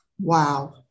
Wow